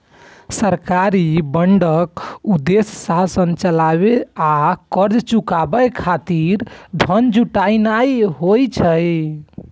सरकारी बांडक उद्देश्य शासन चलाबै आ कर्ज चुकाबै खातिर धन जुटेनाय होइ छै